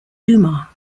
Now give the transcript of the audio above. duma